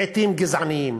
לעתים גזעניים.